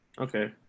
okay